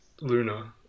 Luna